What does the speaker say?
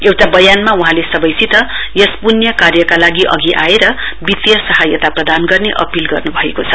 एउटा बयानमा वहाँले सबैसित यस पुण्य कार्यका लागि अघि आएर वित्तीय सहायता प्रदान गर्ने अपील गर्नु भएको छ